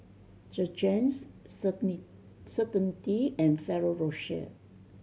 Jergens Certainty and Ferrero Rocher